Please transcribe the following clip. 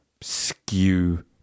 skew